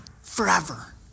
forever